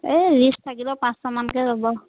এই ৰিক্স থাকিলেও পাঁচশমানকৈ ল'ব